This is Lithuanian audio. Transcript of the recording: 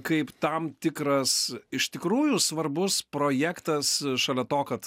kaip tam tikras iš tikrųjų svarbus projektas šalia to kad